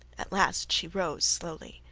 at last she rose slowly,